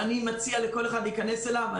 שאני מציע לכל אחד להיכנס אליו.